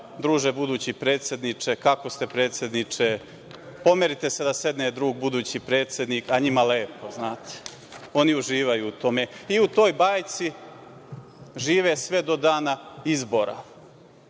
druže budući predsedniče, kako ste predsedniče, pomerite se da sedne drug budući predsednik, a njima lepo, oni uživaju u tome. U toj bajci žive sve do dana izbora.